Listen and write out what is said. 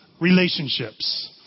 relationships